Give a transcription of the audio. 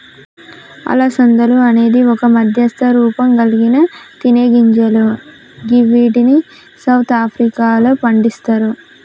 అలసందలు అనేది ఒక మధ్యస్థ రూపంకల్గిన తినేగింజలు గివ్విటిని సౌత్ ఆఫ్రికాలో పండిస్తరు